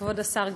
כבוד השר גלנט,